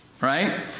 right